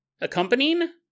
Accompanying